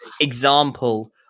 example